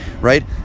right